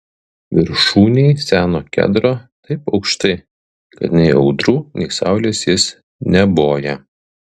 viršūnėj seno kedro taip aukštai kad nei audrų nei saulės jis neboja